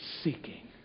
seeking